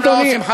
חמש שנים.